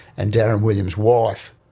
and darren williams' wife.